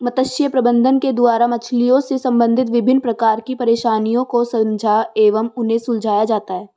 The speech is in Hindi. मत्स्य प्रबंधन के द्वारा मछलियों से संबंधित विभिन्न प्रकार की परेशानियों को समझा एवं उन्हें सुलझाया जाता है